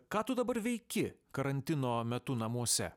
ką tu dabar veiki karantino metu namuose